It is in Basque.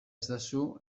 ezazu